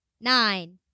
Nine